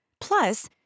Plus